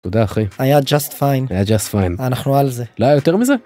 תודה אחי. היה ג׳אסט פיין. היה ג׳אסט פיין. אנחנו על זה. לא היה יותר מזה?